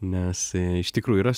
nes iš tikrųjų yra